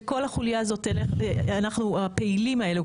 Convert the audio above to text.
וכל החוליה הזאת הפעילים האלה,